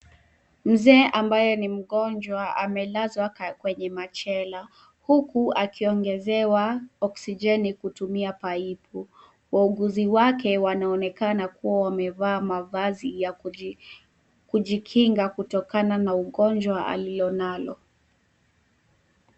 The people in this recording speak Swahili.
Mzee ambaye ni mgonjwa amelazwa kwenye machela, huku akiongezewa oksijeni kutumia paipu. Wauguzi wake wanaonekana kuwa wamevaa mavazi ya kujikinga kutokana na ugonjwa alilonalo.